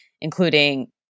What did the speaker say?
including